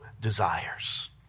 desires